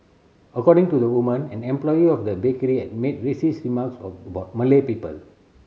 according to the woman an employee of the bakery had made racist remarks a about Malay people